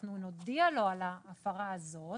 אנחנו נודיע לו על ההפרה הזאת,